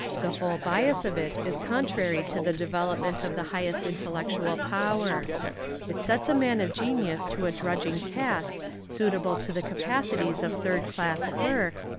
the whole bias of it is contrary to the development of the highest intellectual power it sets a man of genius to a drudging task suitable to the capacities of third-class clerk,